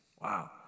Wow